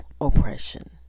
oppression